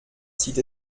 zieht